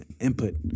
input